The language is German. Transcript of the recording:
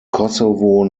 kosovo